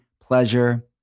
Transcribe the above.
pleasure